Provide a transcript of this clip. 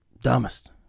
Dumbest